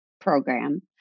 program